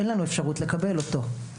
אין לנו אפשרות לקבל אותו.